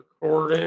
recording